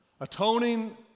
Atoning